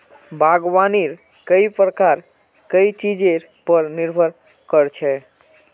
बागवानीर कई प्रकार कई चीजेर पर निर्भर कर छे